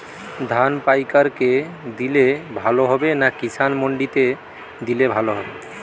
ধান পাইকার কে দিলে ভালো হবে না কিষান মন্ডিতে দিলে ভালো হবে?